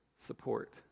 Support